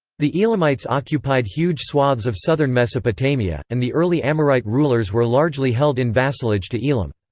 the elamites occupied huge swathes of southern mesopotamia, and the early amorite rulers were largely held in vassalage to elam.